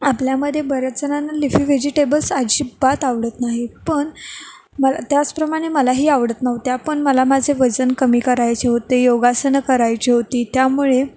आपल्यामध्ये बऱ्याच जणांना लिफी व्हेजिटेबल्स अजिबात आवडत नाही पण मला त्याचप्रमाणे मलाही आवडत नव्हत्या पण मला माझे वजन कमी करायचे होते योगासनं करायची होती त्यामुळे